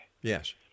yes